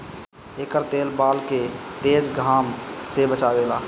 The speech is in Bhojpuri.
एकर तेल बाल के तेज घाम से बचावेला